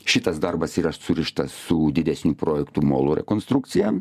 šitas darbas yra surištas su didesnių projektų molo rekonstrukcija